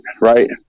right